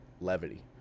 levity